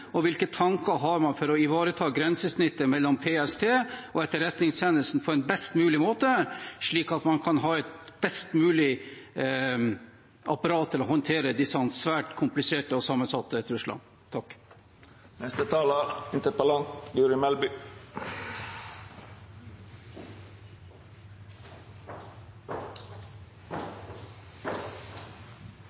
og hvilke tanker har man for å ivareta grensesnittet mellom PST og Etterretningstjenesten på en best mulig måte, slik at man kan ha et best mulig apparat til å håndtere disse svært kompliserte og sammensatte truslene?